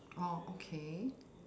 oh okay